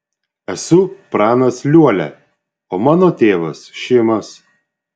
esu pranas liuolia o mano tėvas šimas